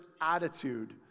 attitude